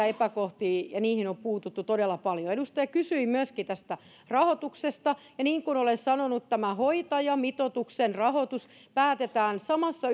epäkohtiin on puututtu todella paljon edustaja kysyi myöskin tästä rahoituksesta ja niin kuin olen sanonut tämä hoitajamitoituksen rahoitus päätetään samassa